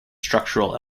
structural